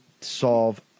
solve